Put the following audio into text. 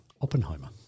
Oppenheimer